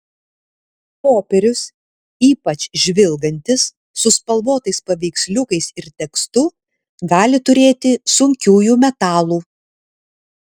popierius ypač žvilgantis su spalvotais paveiksliukais ir tekstu gali turėti sunkiųjų metalų